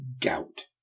gout